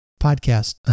podcast